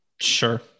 Sure